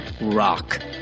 rock